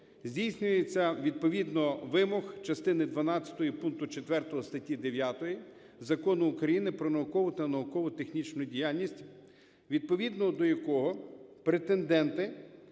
здійснюється відповідно вимог частини дванадцятої пункту 4 статті 9 Закону України "Про наукову і науково-технічну діяльність", відповідно до якого претенденти